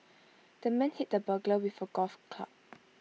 the man hit the burglar with A golf club